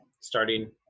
starting